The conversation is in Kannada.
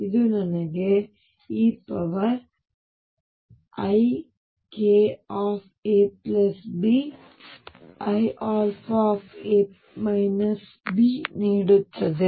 ಇದು ನನಗೆ eikabiα ನೀಡುತ್ತದೆ